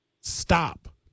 Stop